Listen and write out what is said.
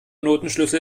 notenschlüssel